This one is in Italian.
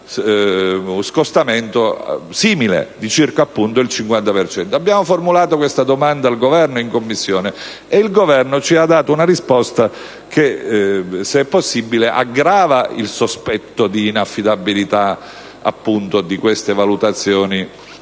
abbiamo formulato questa domanda al Governo, che ci ha dato una risposta che, se possibile, aggrava il sospetto di inaffidabilità di dette valutazioni